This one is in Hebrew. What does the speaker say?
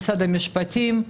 משרד המשפטים,